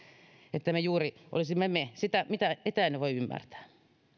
se olisimme juuri me sitä en voi ymmärtää